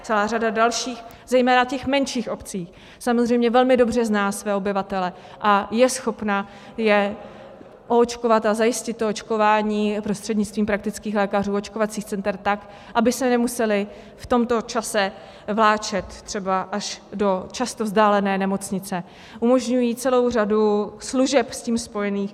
Celá řada dalších, zejména těch menších obcí samozřejmě velmi dobře zná své obyvatele, je schopna je oočkovat a zajistit očkování prostřednictvím praktických lékařů, očkovacích center tak, aby se nemuseli v tomto čase vláčet třeba až do často vzdálené nemocnice, umožňují celou řadu služeb s tím spojených.